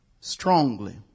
strongly